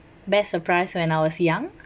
best surprise when I was young